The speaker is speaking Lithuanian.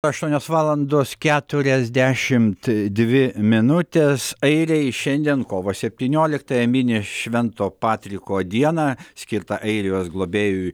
aštuonios valandos keturiasdešimt dvi minutės airiai šiandien kovo septynioliktąją mini švento patriko dieną skirtą airijos globėjui